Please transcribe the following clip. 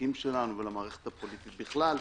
המחוקקים שלנו ולמערכת הפוליטית בכלל.